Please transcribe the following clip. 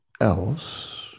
else